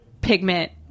pigment